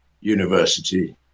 university